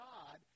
God